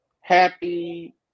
happy